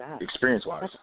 experience-wise